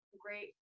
great